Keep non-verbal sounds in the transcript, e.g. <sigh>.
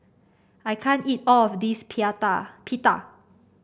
I can't eat all of this <unintelligible> Pita